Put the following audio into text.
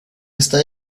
está